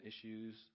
issues